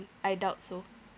I doubt so